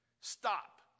Stop